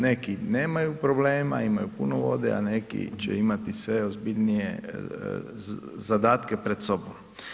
Neki nemaju problema imaju puno vode, a neki će imati sve ozbiljnije zadatke pred sobom.